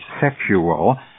sexual